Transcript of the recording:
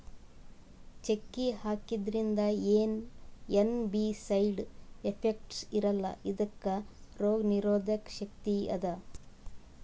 ಚಕ್ಕಿ ಹಾಕಿದ್ರಿಂದ ಏನ್ ಬೀ ಸೈಡ್ ಎಫೆಕ್ಟ್ಸ್ ಇರಲ್ಲಾ ಇದಕ್ಕ್ ರೋಗ್ ನಿರೋಧಕ್ ಶಕ್ತಿ ಅದಾ